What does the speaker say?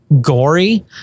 gory